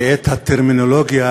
שאת הטרמינולוגיה